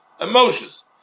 emotions